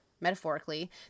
metaphorically